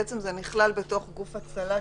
בעצם זה נכלל בתוך גוף הצלה,